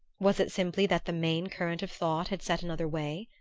was it simply that the main current of thought had set another way?